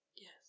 Yes